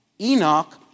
Enoch